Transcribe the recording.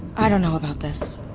i don't know about this.